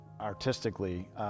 artistically